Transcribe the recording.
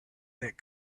that